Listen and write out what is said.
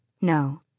No